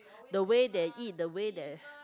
the way they eat the way they